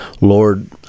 Lord